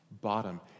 bottom